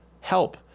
help